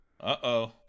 Uh-oh